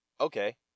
Okay